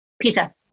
pizza